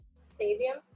Stadium